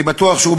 אני בטוח שהוא,